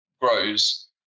grows